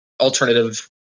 alternative